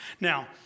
Now